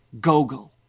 go-go